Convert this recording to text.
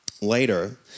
later